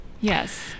Yes